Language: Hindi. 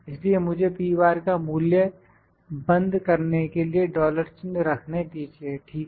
इसलिए मुझेका मूल्य बंद करने के लिए डॉलर चिन्ह रखने दीजिए ठीक है